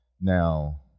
Now